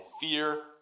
fear